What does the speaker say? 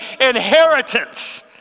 inheritance